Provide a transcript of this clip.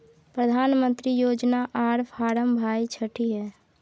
प्रधानमंत्री योजना आर फारम भाई छठी है?